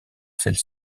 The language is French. celles